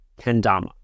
Kendama